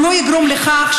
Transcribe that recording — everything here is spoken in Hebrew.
הוא לא יגרום לכך,